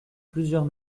plusieurs